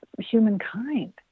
humankind